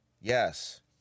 yes